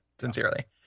sincerely